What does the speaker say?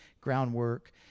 groundwork